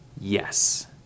yes